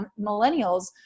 millennials